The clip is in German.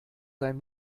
sein